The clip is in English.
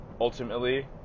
Ultimately